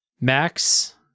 Max